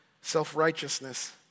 self-righteousness